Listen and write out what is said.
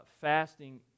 fasting